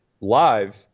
live